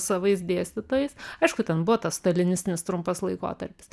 savais dėstytojais aišku ten buvo tas stalinistinis trumpas laikotarpis